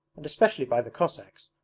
and especially by the cossacks,